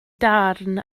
darn